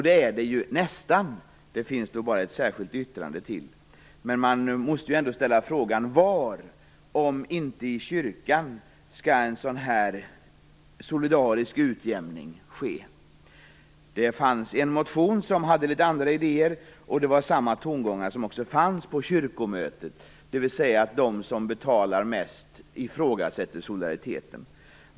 Det är det nästan - det finns bara ett särskilt yttrande. Man måste ändå ställa frågan var, om inte i kyrkan, en sådan solidarisk utjämning skall ske. Det fanns en motion med litet andra idéer, och samma tongångar fanns på kyrkomötet. De som betalar mest ifrågasätter solidariteten.